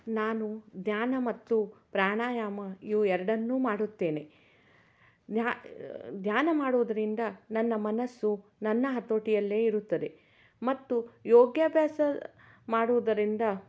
ನಾನು ಧ್ಯಾನ ಮತ್ತು ಪ್ರಾಣಾಯಾಮ ಇವು ಎರಡನ್ನೂ ಮಾಡುತ್ತೇನೆ ದ್ಯಾ ಧ್ಯಾನ ಮಾಡುವುದರಿಂದ ನನ್ನ ಮನಸ್ಸು ನನ್ನ ಹತೋಟಿಯಲ್ಲೇ ಇರುತ್ತದೆ ಮತ್ತು ಯೋಗ್ಯಾಭ್ಯಾಸ ಮಾಡುವುದರಿಂದ